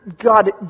God